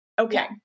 Okay